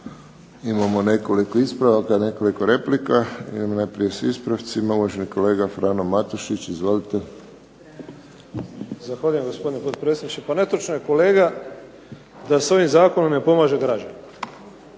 Imamo nekoliko ispravaka, nekoliko replika. Idemo najprije s ispravcima. Uvaženi kolega Frano Matušić. Izvolite. **Matušić, Frano (HDZ)** Zahvaljujem gospodine potpredsjedniče. Pa netočno je kolega da se ovim zakonom ne pomaže građanima.